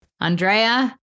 Andrea